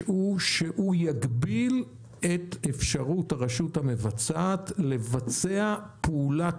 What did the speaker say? שהוא יגביל את אפשרות הרשות המבצעת לבצע פעולת